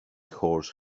horse